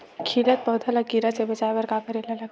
खिलत पौधा ल कीरा से बचाय बर का करेला लगथे?